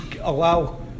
allow